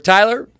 Tyler